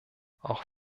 auch